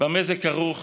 במה זה כרוך,